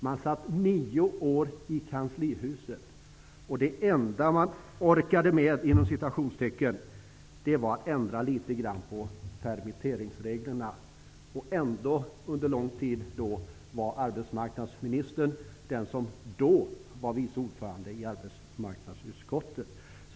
Man satt nio år i kanslihuset, och det enda man ''orkade med'' var att ändra litet grand på permitteringsreglerna. Ändå var arbetsmarknadsministern då vice ordförande i arbetsmarknadsutskottet.